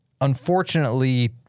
unfortunately